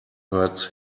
hurts